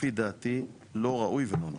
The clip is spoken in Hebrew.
לפי דעתי ראוי ולא נכון.